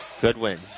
Goodwin